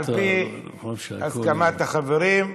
על פי הסכמת החברים,